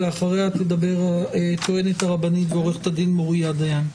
ולאחריה תדבר הטוענת הרבנית ועורכת הדין מוריה דיין,